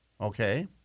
Okay